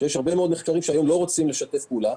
והיא שהרבה מאוד נחקרים לא רוצים לשתף פעולה,